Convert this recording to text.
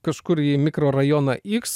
kažkur į mikrorajoną iks